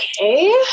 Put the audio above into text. okay